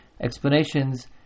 explanations